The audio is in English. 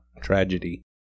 Tragedy